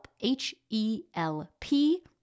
H-E-L-P